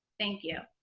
thank you.